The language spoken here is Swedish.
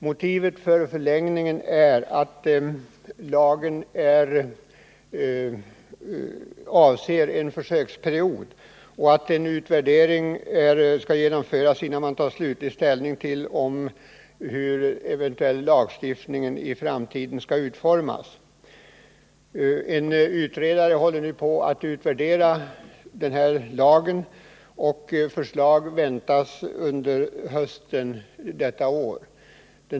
Motivet för en förlängning är att lagen avser en försöksperiod och att en utvärdering skall genomföras innan vi tar slutlig ställning till hur lagstiftningen i framtiden skall utformas. En utredare håller på att utvärdera lagen, och förslag väntas under hösten detta år.